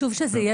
שיגידו.